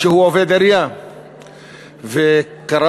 שהוא עובד העירייה,